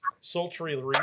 sultry